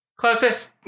Closest